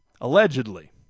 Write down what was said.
allegedly